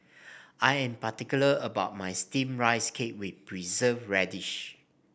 I am particular about my steamed Rice Cake with Preserved Radish